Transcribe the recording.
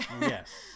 yes